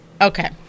okay